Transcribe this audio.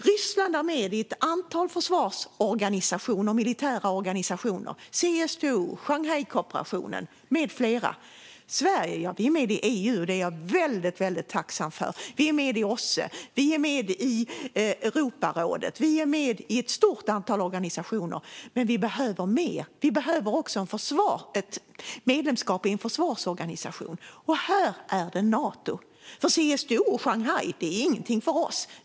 Ryssland är med i ett antal försvarsorganisationer och militära organisationer - CSTO, Shanghaikooperationen med flera. Sverige är med i EU, och det är jag väldigt tacksam för. Vi är med i OSSE, och vi är med i Europarådet. Vi är med i ett stort antal organisationer, men vi behöver mer. Vi behöver också ett medlemskap i en försvarsorganisation. Här handlar det om Nato. CSTO och Shanghaikooperationen är ingenting för oss.